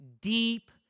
deep